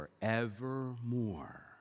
forevermore